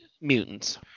mutants